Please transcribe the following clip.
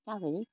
जाबायलै